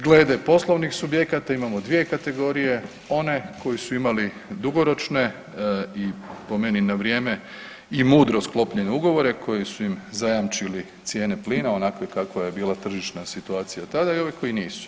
Glede poslovnih subjekata imamo dvije kategorije, one koji su imali dugoročne i po meni na vrijeme i mudro sklopljene ugovore koji su im zajamčili cijene plina onakve kakva je bila tržišna situacija tada i ovi koji nisu.